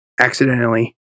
accidentally